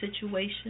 situation